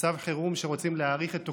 מצב חירום שרוצים להאריך את תוקפו.